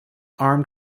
armed